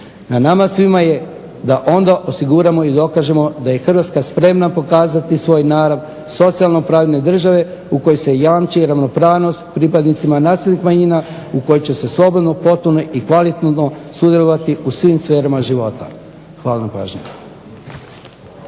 Na nama svima je da onda osiguramo i dokažemo da je Hrvatska spremna pokazati svoj narod socijalno pravedne države u kojoj se jamči ravnopravnost pripadnicima nacionalnih manjina u koji će se slobodno … i kvalitetno sudjelovati u svim sferama života. Hvala na pažnji.